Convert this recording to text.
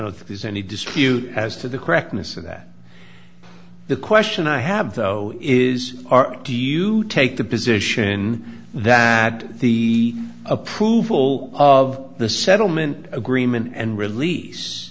don't think there's any dispute as to the correctness of that the question i have though is are do you take the position that the approval of the settlement agreement and release